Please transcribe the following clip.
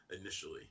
initially